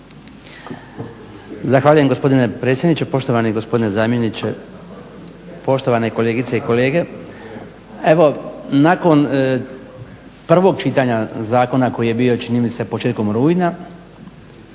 Zahvaljujem gospodine predsjedniče, poštovani gospodine zamjeniče, poštovane kolegice i kolege. Evo, nakon prvog čitanja zakona koji je bio, čini mi se početkom rujna,